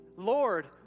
Lord